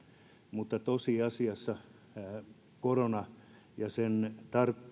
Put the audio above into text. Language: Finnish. mutta tosiasiassa sen